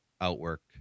outwork